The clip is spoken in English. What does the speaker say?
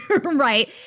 Right